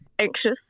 anxious